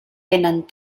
tenen